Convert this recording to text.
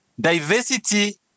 Diversity